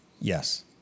yes